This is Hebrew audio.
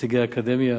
נציגי האקדמיה